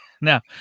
Now